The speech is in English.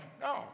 no